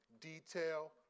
detail